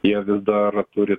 jie vis dar turi